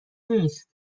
نیست